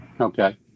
Okay